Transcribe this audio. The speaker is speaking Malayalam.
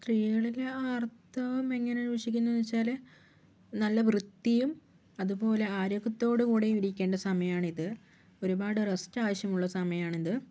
സ്ത്രീകളിൽ ആർത്തവം എങ്ങനെയാണ് വീക്ഷിക്കുന്നത് വെച്ചാല് നല്ല വൃത്തിയും അതുപോലെ ആരോഗ്യത്തോടു കൂടെയും ഇരിക്കേണ്ട സമയമാണിത് ഒരുപാട് റസ്റ്റ് ആവശ്യമുള്ള സമയമാണിത്